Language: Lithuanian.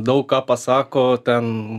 daug ką pasako ten